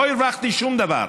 לא הרווחתי שום דבר.